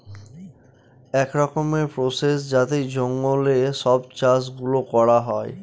এক রকমের প্রসেস যাতে জঙ্গলে সব চাষ গুলো করা হয়